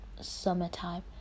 summertime